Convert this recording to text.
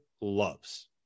loves